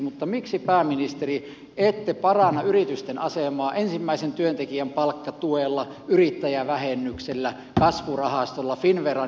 mutta miksi pääministeri ette paranna yritysten asemaa ensimmäisen työntekijän palkkatuella yrittäjävähennyksellä kasvurahastolla finnveran joustavammalla käytöllä